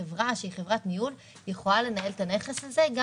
חברה שהיא חברת ניהול יכולה לנהל את הנכס הזה גם